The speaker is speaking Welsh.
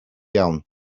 iawn